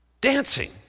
dancing